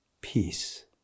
peace